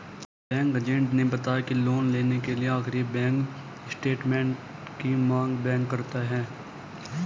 bank agent ने बताया की लोन लेने के लिए आखिरी बैंक स्टेटमेंट की मांग बैंक करता है